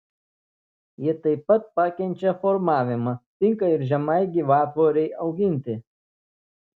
jie taip pat pakenčia formavimą tinka ir žemai gyvatvorei auginti